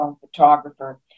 photographer